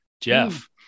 Jeff